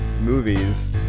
movies